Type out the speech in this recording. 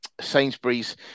Sainsbury's